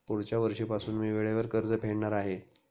पुढच्या वर्षीपासून मी वेळेवर कर्ज फेडणार आहे